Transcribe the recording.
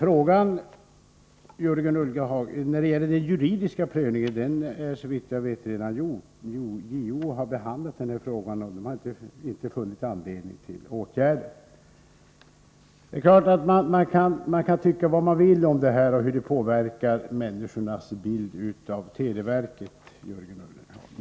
Herr talman! Den juridiska prövningen är så vitt jag vet redan gjord, Jörgen Ullenhag. JO har behandlat denna fråga och inte funnit anledning till åtgärder. Man kan tycka vad man vill om detta och hur det påverkar människornas bild av televerket.